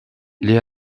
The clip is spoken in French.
les